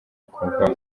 akumva